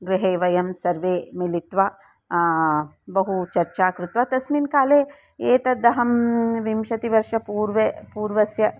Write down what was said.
गृहे वयं सर्वे मिलित्वा बहु चर्चां कृत्वा तस्मिन् काले एतद् अहं विंशतिवर्षपूर्वं पूर्वस्य